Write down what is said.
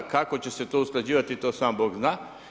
Kako će se to usklađivati to sam Bog zna.